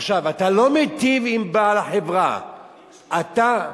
עכשיו, אתה לא מיטיב עם בעל החברה, אתה,